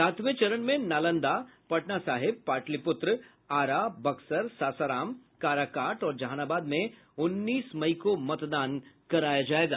सातवें चरण में नालंदा पटना साहिब पाटलिपुत्र आरा बक्सर सासाराम काराकाट और जहानाबाद में उन्नीस मई को मतदान कराया जायेगा